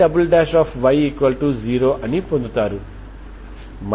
Y0 పొందుతారు